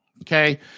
okay